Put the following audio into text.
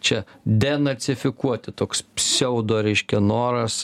čia denacifikuoti toks pseudo reiškia noras